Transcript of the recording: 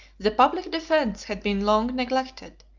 the public defence had been long neglected,